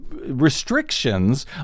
restrictions